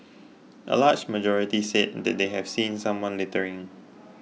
a large majority said that they have seen someone littering